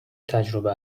تجربه